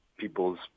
People's